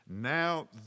now